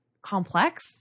complex